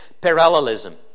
parallelism